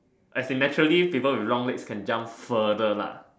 as in naturally people with long legs can jump further lah